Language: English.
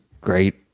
great